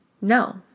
No